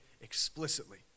explicitly